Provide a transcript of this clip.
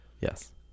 Yes